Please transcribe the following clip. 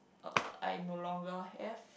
uh I no longer have